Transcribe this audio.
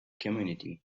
community